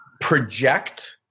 project